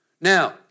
Now